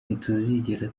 ntituzigera